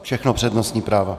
Všechno přednostní práva.